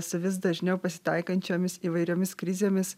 su vis dažniau pasitaikančiomis įvairiomis krizėmis